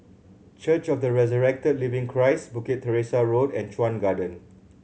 Church of The Resurrected Living Christ Bukit Teresa Road and Chuan Garden